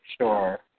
Sure